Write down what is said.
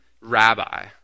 rabbi